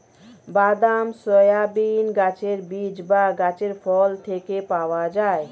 বাদাম, সয়াবিন গাছের বীজ বা গাছের ফল থেকে পাওয়া যায়